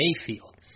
Mayfield